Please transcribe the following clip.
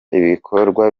ibikorwa